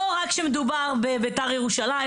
לא רק כשמדובר בבית"ר ירושלים,